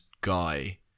guy